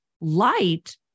light